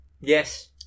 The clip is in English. Yes